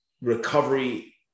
recovery